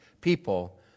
people